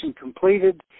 completed